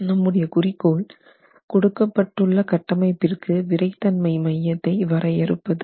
நம்முடைய குறிக்கோள் கொடுக்கப்பட்டுள்ள கட்டமைப்பிற்கு விறைத்தன்மை மையத்தை வரையறுப்பது